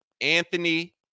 Anthony